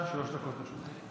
בבקשה, שלוש דקות לרשותך.